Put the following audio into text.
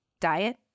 Diet